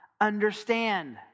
understand